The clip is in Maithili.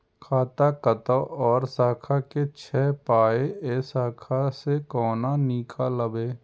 खाता कतौ और शाखा के छै पाय ऐ शाखा से कोना नीकालबै?